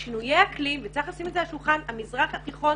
ששינויי האקלים וצריך לשים את זה על השולחן המזרח התיכון